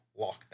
Lockdown